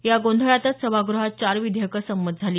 या गोंधळातच सभाग्रहात चार विधेयकं संमत झाली